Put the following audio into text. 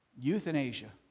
Euthanasia